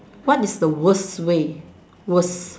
what is the worst way worst